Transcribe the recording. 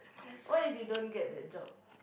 what if you don't get the job